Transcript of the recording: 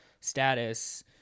status